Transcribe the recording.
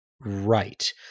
right